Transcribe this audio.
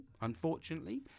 unfortunately